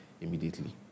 immediately